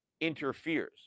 interferes